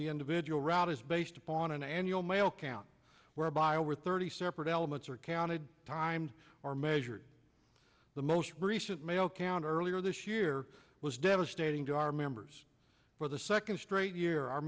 the individual route is based upon an annual mail count whereby over thirty separate elements are counted times are measured the most recent mail counter earlier this year was devastating to our members for the second straight year our